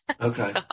Okay